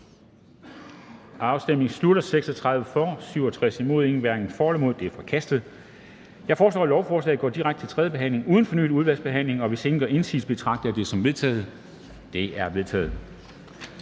stemte 0. Ændringsforslaget er forkastet. Jeg foreslår, at lovforslaget går direkte til tredje behandling uden fornyet udvalgsbehandling. Hvis ingen gør indsigelse, betragter jeg det som vedtaget. Det er vedtaget.